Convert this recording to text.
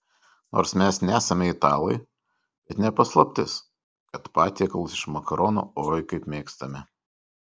nors mes nesame italai bet ne paslaptis kad patiekalus iš makaronų oi kaip mėgstame